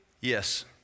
Yes